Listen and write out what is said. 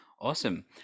Awesome